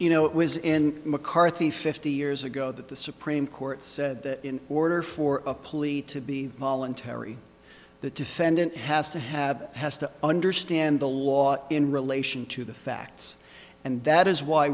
you know it was in mccarthy fifty years ago that the supreme court said that in order for a plea to be voluntary the defendant has to have has to understand the law in relation to the facts and that is why